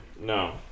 no